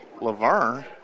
Laverne